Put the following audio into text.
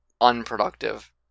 unproductive